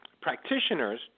practitioners